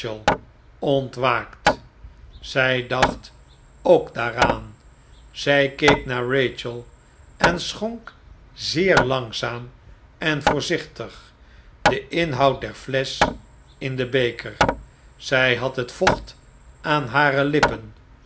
ontwaak zij dacht ook daaraan zij keek naar rachel en schonk zeer langzaam en voorzichtig den inhoud der flesch in den beker zij had het vocht aan hare lippen